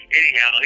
anyhow